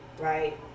right